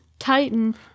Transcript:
titan